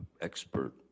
expert